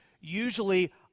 usually